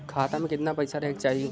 खाता में कितना पैसा रहे के चाही?